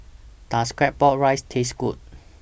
Does Claypot Rice Taste Good